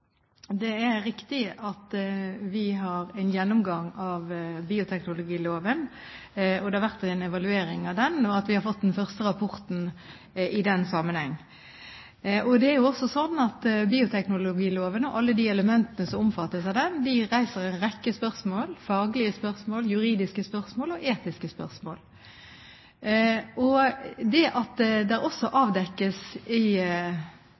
Det er riktig at vi har en gjennomgang av bioteknologiloven. Det har vært en evaluering av den, og vi har fått den første rapporten i den sammenheng. Det er også sånn at bioteknologiloven og alle de elementene som omfattes av den, reiser en rekke spørsmål – faglige spørsmål, juridiske spørsmål og etiske spørsmål. At det også avdekkes i samfunnet generelt en uenighet også